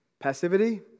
Passivity